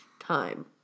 time